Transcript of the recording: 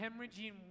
hemorrhaging